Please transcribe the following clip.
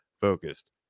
focused